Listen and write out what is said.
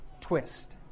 twist